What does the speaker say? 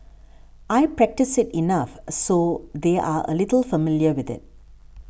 I practice it enough so they're a little familiar with it